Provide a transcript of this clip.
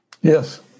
Yes